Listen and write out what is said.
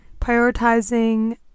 prioritizing